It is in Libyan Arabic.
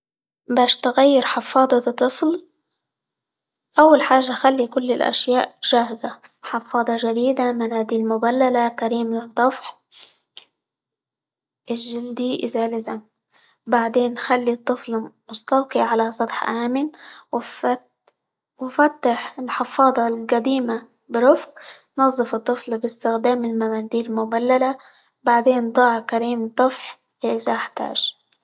باش تغير حفاضة الطفل، أول حاجة خلي كل الأشياء جاهزة، حفاضة جديدة، مناديل مبللة، كريم للطفح الجلدى إذا لزم، بعدين خلي الطفل مستلقي على سطح آمن، -وفت- وفتح الحفاضة القديمة برفق، نظف الطفل باستخدام المناديل المبللة، بعدين ضع كريم طفح إذا احتاج.